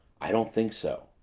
i don't think so.